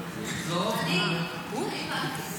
אני, אני הפלתי אותה.